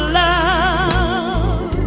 love